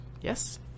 yes